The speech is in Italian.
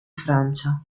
francia